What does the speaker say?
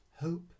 Hope